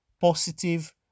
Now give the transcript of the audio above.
positive